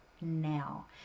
now